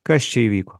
kas čia įvyko